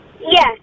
Yes